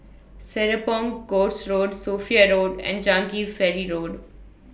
Serapong Course Road Sophia Road and Changi Ferry Road